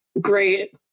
great